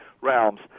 realms